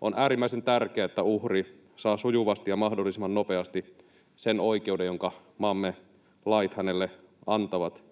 On äärimmäisen tärkeää, että uhri saa sujuvasti ja mahdollisimman nopeasti sen oikeuden, jonka maamme lait hänelle antavat.